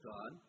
God